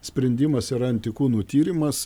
sprendimas yra antikūnų tyrimas